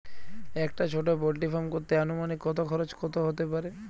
একটা ছোটো poultry farm করতে আনুমানিক কত খরচ কত হতে পারে?